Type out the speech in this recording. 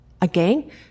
Again